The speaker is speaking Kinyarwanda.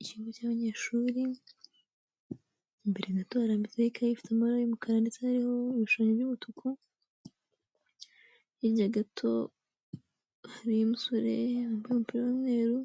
Ikigo cy'abanyeshuri, imbere gato harambitseho ikaye ifite amabara y'umukara ndetse iriho ibishushanyo by'umutuku, hirya gato hariyo umusore wambaye umupira w'umweru,